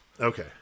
Okay